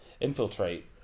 infiltrate